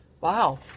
Wow